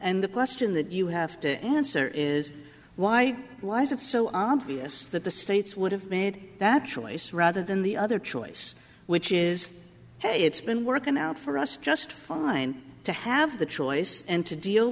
and the question that you have to answer is why was it so obvious that the states would have made that choice rather than the other choice which is hey it's been working out for us just fine to have the choice and to deal